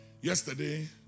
Yesterday